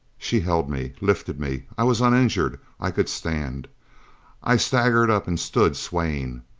she held me, lifted me. i was uninjured. i could stand i staggered up and stood swaying.